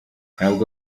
ntabwo